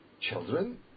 children